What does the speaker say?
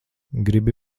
gribi